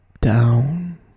down